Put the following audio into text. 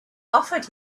offered